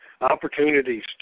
opportunities